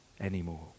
anymore